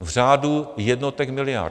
V řádu jednotek miliard.